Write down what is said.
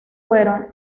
fueron